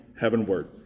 heavenward